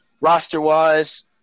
roster-wise